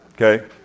Okay